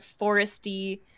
foresty